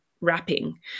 wrapping